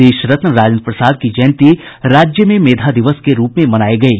देशरत्न राजेन्द्र प्रसाद की जयंती राज्य में मेधा दिवस के रूप में मनायी गयी